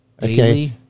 Daily